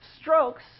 strokes